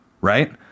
right